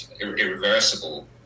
irreversible